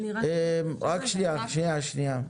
אני רק רוצה --- רק שנייה, שנייה.